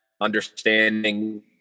understanding